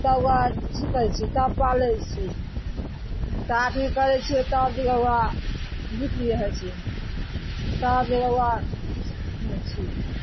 तब ओकरा ई करय छियै तब पालय छियै ता धीर करय छियै तब भी बौआ बिक्री होइ छै तब जे रौआ लै छियै